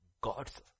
God's